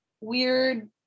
weird